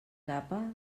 capa